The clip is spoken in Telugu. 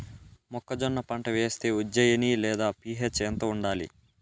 మొక్కజొన్న పంట వేస్తే ఉజ్జయని లేదా పి.హెచ్ ఎంత ఉండాలి?